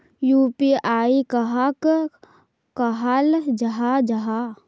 UPI कहाक कहाल जाहा जाहा?